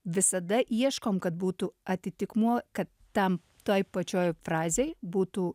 visada ieškom kad būtų atitikmuo kad tam toj pačioj frazėj būtų